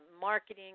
marketing